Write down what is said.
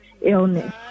illness